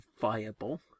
viable